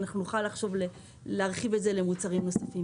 נוכל להרחיב את זה למוצרים נוספים.